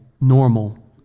normal